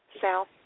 sal